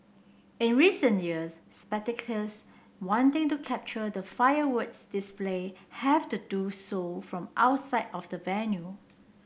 in recent years spectators wanting to capture the fireworks display have to do so from outside of the venue